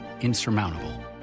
insurmountable